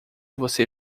você